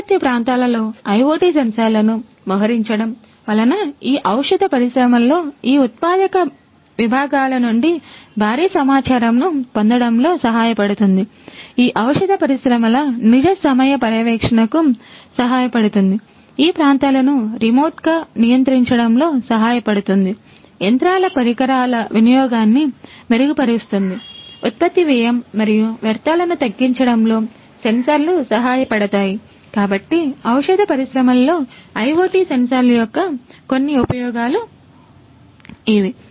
ఉత్పత్తి ప్రాంతాలలో ఐయోటి సెన్సార్ల యొక్క కొన్ని ఉపయోగాలు ఇవి